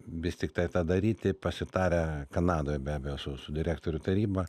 vis tiktai tą daryti pasitarę kanadoj be abejo su su direktorių taryba